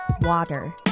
water